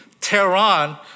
Tehran